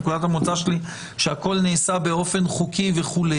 נקודת המוצא שלי, שהכול נעשה באופן חוקי וכו',